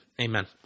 amen